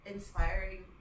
Inspiring